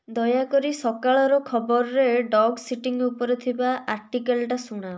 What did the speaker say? ଦୟାକରି ସକାଳର ଖବରରେ ଡଗ୍ ସିଟିଂ ଉପରେ ଥିବା ଆର୍ଟିକଲ୍ଟା ଶୁଣାଅ